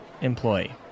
employee